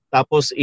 Tapos